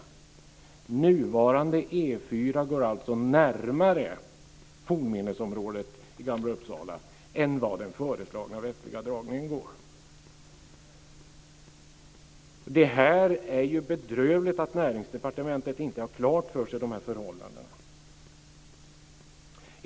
Nuvarande E 4 går alltså närmare fornminnesområdet i Gamla Uppsala än den föreslagna västliga dragningen går. Det är ju bedrövligt att Näringsdepartementet inte har de här förhållandena klart för sig.